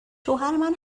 شوهرمن